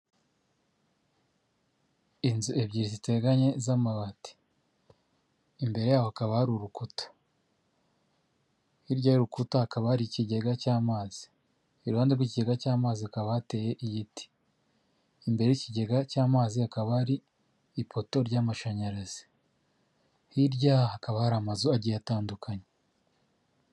Inzu ebyiri ziteganye z'amabati, imbere yaho hakaba hari urukuta, hirya y'urukuta hakaba hari ikigega cy'amazi, iruhande rw'ikigega cy'amazi hakaba hateye igiti, imbere y'ikigega cy'amazi hakaba hari ipoto ry'amashanyarazi, hirya hakaba hari amazu agiye atandukanye.